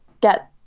get